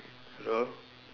hello